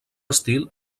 estil